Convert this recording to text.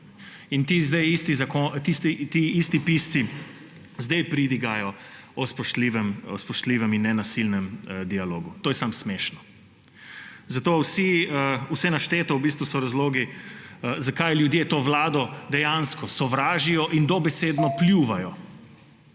ti isti pisci zdaj pridigajo o spoštljivem in nenasilnem dialogu. To je samo smešno. Vse našteto v bistvu so razlogi, zakaj ljudje to vlado dejansko sovražijo in dobesedno pljuvajo.